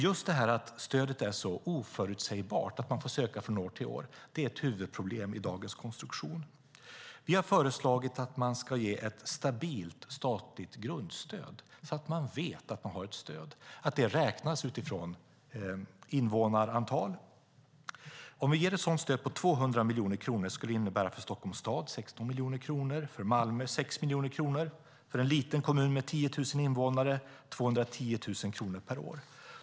Att stödet är så oförutsägbart, att man får söka från år till år, är ett huvudproblem i dagens konstruktion. Vi har föreslagit att man ska ge ett stabilt statligt grundstöd så man vet att man har ett stöd som räknas utifrån invånarantal. Om vi ger ett stöd på 200 miljoner skulle det innebära för Stockholms stad 16 miljoner kronor, för Malmö 6 miljoner kronor, för en liten kommun med 10 000 invånare 210 000 kronor per år.